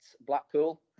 Blackpool